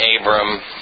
Abram